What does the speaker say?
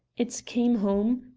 it came home,